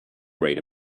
great